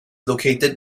located